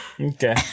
Okay